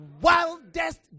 wildest